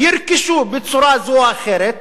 ירכשו בצורה זו או אחרת,